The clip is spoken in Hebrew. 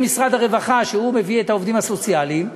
משרד הרווחה שמביא את העובדים הסוציאליים,